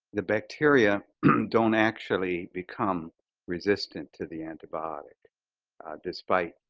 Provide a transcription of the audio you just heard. the bacteria don't actually become resistant to the antibiotic despite